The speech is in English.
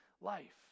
life